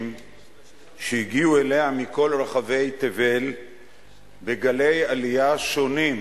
שהגיעו אליה מכל רחבי תבל בגלי עלייה שונים,